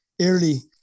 early